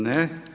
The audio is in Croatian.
Ne.